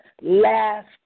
last